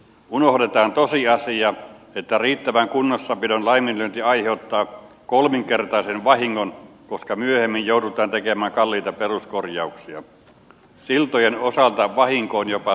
unohdetaan tosiasia että riittävän kunnossapidon laiminlyönti aiheuttaa kolminkertaisen vahingon koska myöhemmin joudutaan tekemään kalliita peruskorjauksia siltojen osalta vahinko on jopa seitsenkertainen